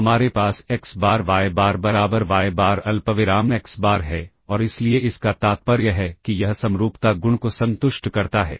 तो हमारे पास एक्स बार वाय बार बराबर वाय बार अल्पविराम एक्स बार है और इसलिए इसका तात्पर्य है कि यह समरूपता गुण को संतुष्ट करता है